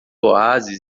oásis